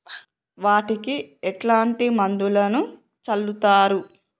వాటికి ఎట్లాంటి మందులను చల్లుతరు?